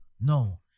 no